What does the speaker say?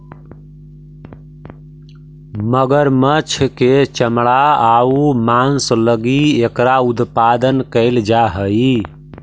मगरमच्छ के चमड़ा आउ मांस लगी एकरा उत्पादन कैल जा हइ